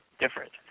different